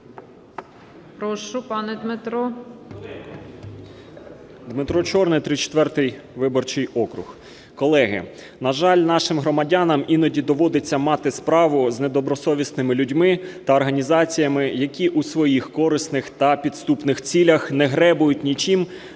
Дмитро Чорний, 34 виборчий округ. Колеги, на жаль, нашим громадянам іноді доводиться мати справу з недобросовісними людьми та організаціями, які у своїх корисних та підступних цілях не гребують нічим,